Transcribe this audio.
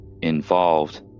involved